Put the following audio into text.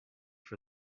for